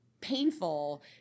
painful